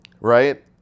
right